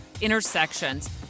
intersections